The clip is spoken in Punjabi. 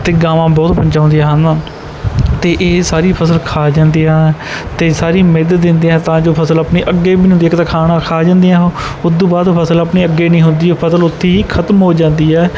ਅਤੇ ਗਾਵਾਂ ਬਹੁਤ ਪਹੁੰਚਾਉਂਦੀਆਂ ਹਨ ਅਤੇ ਇਹ ਸਾਰੀ ਫ਼ਸਲ ਖਾ ਜਾਂਦੀਆਂ ਅਤੇ ਸਾਰੀ ਮਿਧ ਦਿੰਦੀਆਂ ਤਾਂ ਜੋ ਫ਼ਸਲ ਆਪਣੀ ਅੱਗੇ ਇੱਕ ਤਾਂ ਖਾਣਾ ਖਾ ਜਾਂਦੀਆਂ ਉਹ ਉੱਦੋਂ ਬਾਅਦ ਫ਼ਸਲ ਆਪਣੀ ਅੱਗੇ ਨਹੀਂ ਹੁੰਦੀ ਉਹ ਫ਼ਸਲ ਉੱਥੇ ਹੀ ਖ਼ਤਮ ਹੋ ਜਾਂਦੀ ਹੈ